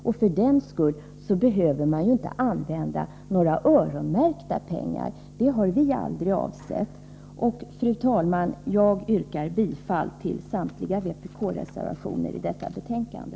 Men för den skull behöver man inte använda öronmärkta pengar. Det har vi aldrig avsett. Fru talman! Jag yrkar bifall till samtliga vpk-reservationer i detta betänkande.